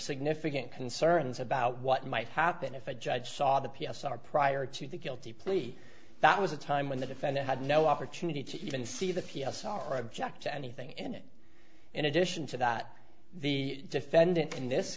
significant concerns about what might happen if a judge saw the p s r prior to the guilty plea that was a time when the defendant had no opportunity to even see the p s r or object to anything in it in addition to that the defendant in this